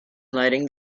lighting